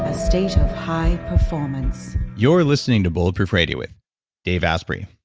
ah state of high performance you're listening to bulletproof radio with dave asprey.